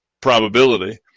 probability